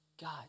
God